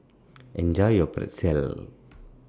Enjoy your Pretzel